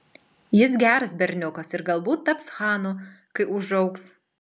jis geras berniukas ir galbūt taps chanu kai užaugs